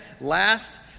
last